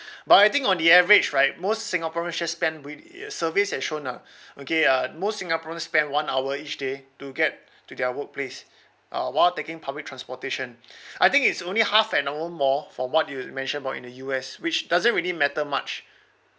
but I think on the average right most singaporeans just spend with surveys has shown ah okay uh most singaporeans spend one hour each day to get to their workplace uh while taking public transportation I think it's only half an hour more from what you mention about in the U_S which doesn't really matter much